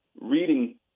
reading